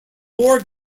war